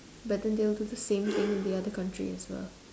but then they'll do the same thing in the other country as well